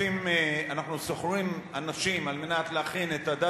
אנחנו שוכרים אנשים כדי להכין את ה-